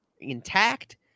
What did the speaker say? intact